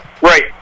Right